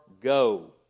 go